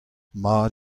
mat